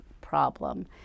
problem